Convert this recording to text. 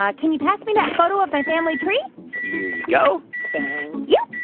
ah can you pass me that photo of my family tree? here you go yeah